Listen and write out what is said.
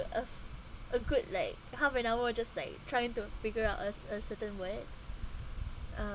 of a good like half an hour just like trying to figure out us a certain word uh